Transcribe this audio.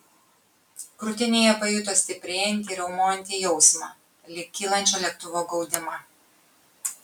krūtinėje pajuto stiprėjantį riaumojantį jausmą lyg kylančio lėktuvo gaudimą